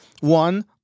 one